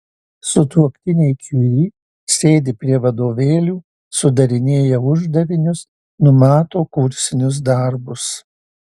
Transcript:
sutuoktiniai kiuri sėdi prie vadovėlių sudarinėja uždavinius numato kursinius darbus